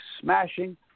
smashing